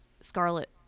Scarlet